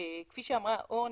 כפי שאמרה אורנה,